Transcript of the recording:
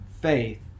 faith